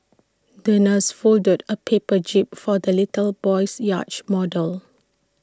the nurse folded A paper jib for the little boy's yacht model